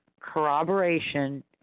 corroboration